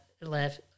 left